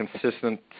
consistent